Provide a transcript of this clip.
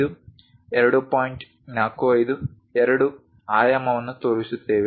45 ಎರಡು ಆಯಾಮವನ್ನು ತೋರಿಸುತ್ತೇವೆ